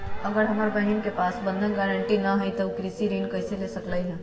अगर हमर बहिन के पास बंधक गरान्टी न हई त उ कृषि ऋण कईसे ले सकलई ह?